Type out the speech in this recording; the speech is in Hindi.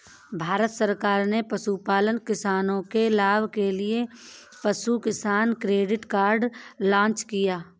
भारत सरकार ने पशुपालन किसानों के लाभ के लिए पशु किसान क्रेडिट कार्ड लॉन्च किया